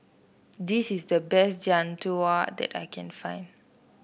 this is the best Jian Dui that I can find